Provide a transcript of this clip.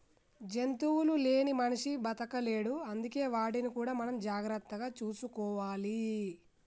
జంతువులు లేని మనిషి బతకలేడు అందుకే వాటిని కూడా మనం జాగ్రత్తగా చూసుకోవాలి